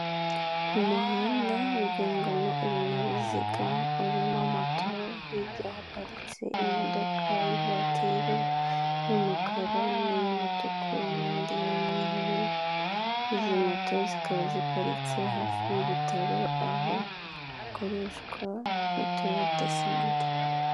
Umuhanda ugendwamo ibinyabiziga urimo moto hirya byaparitse imodoka y'ivatiri y'umukara n'iy'umutuku n'indi y'umweru, izi moto zikaba ziparitse hafi y'ibitaro aho hakoreshwa mituweri desante.